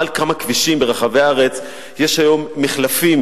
מעל כמה כבישים ברחבי הארץ יש היום מחלפים,